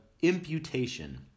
imputation